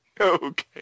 Okay